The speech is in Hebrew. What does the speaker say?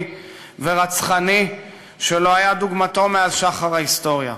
ורצחני שלא היה דוגמתו מאז שחר ההיסטוריה.